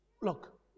Look